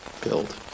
build